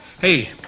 Hey